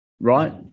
right